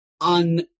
on